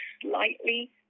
slightly